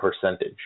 percentage